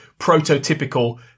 prototypical